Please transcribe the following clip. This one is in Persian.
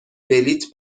بلیط